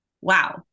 wow